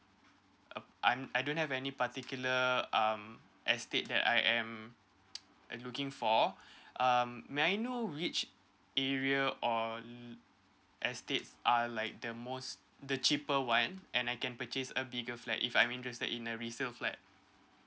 uh I'm I don't have any particular um estate that I am looking for um may I know which area on estates are like the most the cheaper one and I can purchase a bigger flat if I'm interested in a resell flat